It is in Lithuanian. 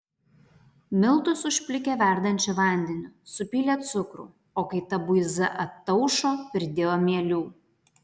miltus užplikė verdančiu vandeniu supylė cukrų o kai ta buiza ataušo pridėjo mielių